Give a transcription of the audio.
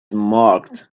marked